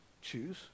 choose